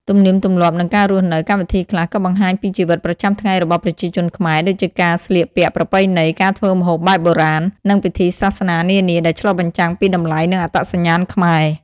ទំនៀមទម្លាប់ និងការរស់នៅ កម្មវិធីខ្លះក៏បង្ហាញពីជីវិតប្រចាំថ្ងៃរបស់ប្រជាជនខ្មែរ ដូចជាការស្លៀកពាក់ប្រពៃណី ការធ្វើម្ហូបបែបបុរាណ និងពិធីសាសនានានា ដែលឆ្លុះបញ្ចាំងពីតម្លៃ និងអត្តសញ្ញាណខ្មែរ។